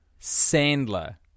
Sandler